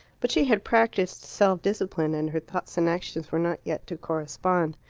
but she had practised self-discipline, and her thoughts and actions were not yet to correspond.